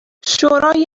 شورای